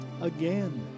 again